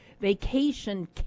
vacation